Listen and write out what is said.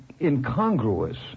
incongruous